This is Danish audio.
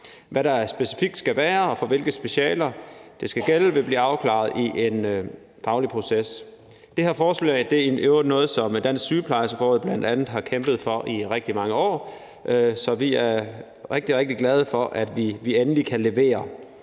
Hvad det specifikt skal være, og for hvilke specialer det skal gælde, vil blive afklaret i en faglig proces. Det her forslag er i øvrigt noget, som Dansk Sygeplejeråd bl.a. har kæmpet for i rigtig mange år, så vi er rigtig, rigtig glade for, at vi endelig kan levere.